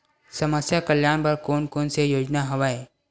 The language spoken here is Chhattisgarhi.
समस्या कल्याण बर कोन कोन से योजना हवय?